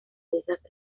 densas